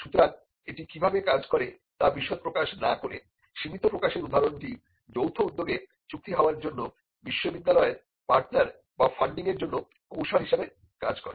সুতরাং এটি কিভাবে কাজ করে তার বিশদ প্রকাশ না করে সীমিত প্রকাশের উদাহরণটি যৌথ উদ্যোগে চুক্তি হওয়ার জন্য বিশ্ববিদ্যালয়ের পার্টনার বা ফান্ডিংয়ের জন্য কৌশল হিসেবে কাজ করে